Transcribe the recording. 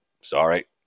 sorry